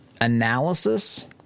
analysis